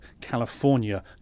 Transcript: California